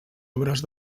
obres